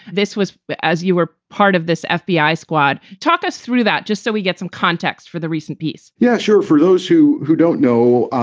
this was as you were part of this fbi squad. talk us through that just so we get some context for the recent piece yeah, sure. for those who who don't know,